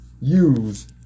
use